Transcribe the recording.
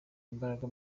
imbaraga